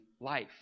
life